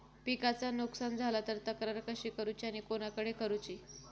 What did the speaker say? पिकाचा नुकसान झाला तर तक्रार कशी करूची आणि कोणाकडे करुची?